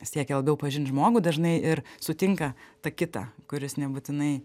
siekia labiau pažint žmogų dažnai ir sutinka tą kitą kuris nebūtinai